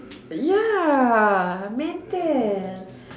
ya mental